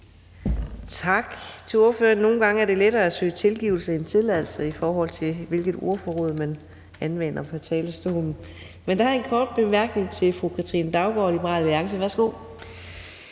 Tak til ordføreren. Nogle gange er det lettere at søge tilgivelse end tilladelse, i forhold til hvilket ordforråd man anvender fra talerstolen. Der er en kort bemærkning til fru Katrine Daugaard, Liberal Alliance. Værsgo.